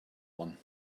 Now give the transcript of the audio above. one